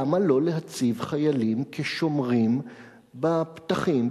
למה לא להציב חיילים כשומרים בפתחים,